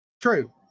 True